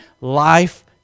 Life